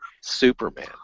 Superman